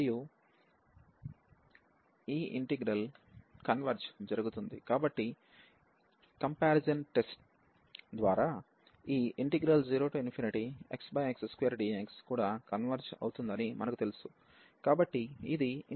మరియు ఈ integral converge జరుగుతుంది కాబట్టి కంపారిజాన్ టెస్ట్ ద్వారా ఈ 0x x2dx కూడా కన్వెర్జ్ అవుతుందని మనకు తెలుసు